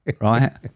Right